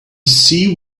see